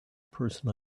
person